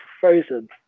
frozen